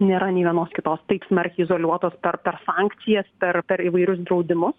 nėra nei vienos kitos taip smarkiai izoliuotos per per sankcijas per per įvairius draudimus